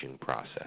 process